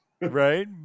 Right